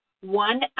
one